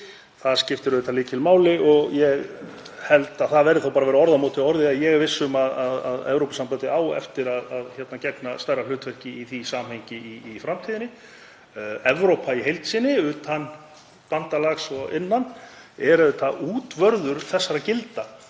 skipta auðvitað lykilmáli. Ég held að það verði þá bara að vera orð á móti orði en ég er viss um að Evrópusambandið á eftir að gegna stærra hlutverki í því samhengi í framtíðinni. Evrópa í heild sinni, utan bandalags og innan, er útvörður þessara gilda